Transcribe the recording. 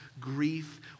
grief